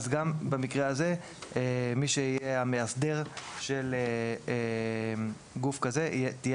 גם במקרה הזה מי שיהיה המאסדר של גוף כזה תהיה